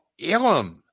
Ilum